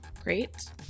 Great